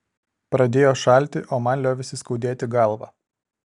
pradėjo šalti o man liovėsi skaudėti galvą